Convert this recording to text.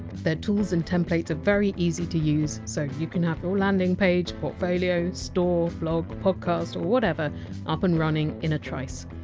their tools and templates are very easy to use, so you can have your landing page, portfolio, store, blog, podcast or whatever up and running in a trice.